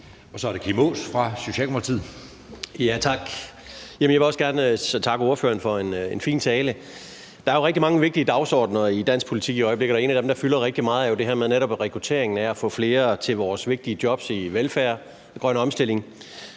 Så er det Kim Aas fra Socialdemokratiet. Kl. 19:30 Kim Aas (S): Tak. Jeg vil også gerne takke ordføreren for en fin tale. Der er jo rigtig mange vigtige dagsordener i dansk politik i øjeblikket, og en af dem, der fylder rigtig meget, er jo det her med rekrutteringen, altså at få flere til vores vigtige job på velfærdsområdet og